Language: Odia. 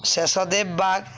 ଶେଷଦେବ ବାଗ